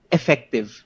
effective